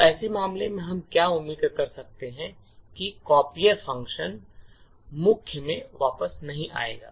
तो ऐसे मामले में हम क्या उम्मीद कर सकते हैं कि कापियर फ़ंक्शन मुख्य में वापस नहीं आ पाएगा